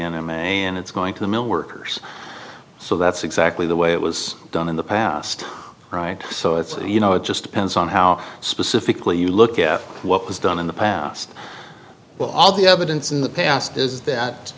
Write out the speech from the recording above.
may and it's going to the mill workers so that's exactly the way it was done in the past right so it's you know it just depends on how specifically you look at what was done in the past well all the evidence in the past is that